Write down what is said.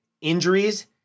injuries